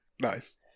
Nice